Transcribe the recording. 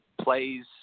plays